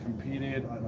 competed